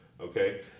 okay